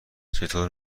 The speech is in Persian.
چطور